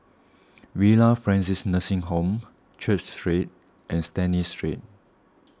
Villa Francis Nursing Home Church Street and Stanley Street